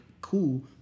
cool